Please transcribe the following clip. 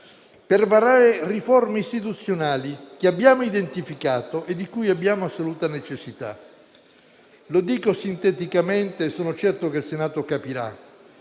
per varare riforme istituzionali (che abbiamo identificato e di cui abbiamo assoluta necessità). Lo dico sinteticamente, sono certo che il Senato capirà: